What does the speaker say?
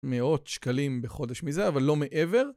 מאות שקלים בחודש מזה, אבל לא מעבר.